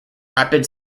rapid